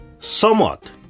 somewhat